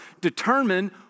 determine